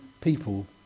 people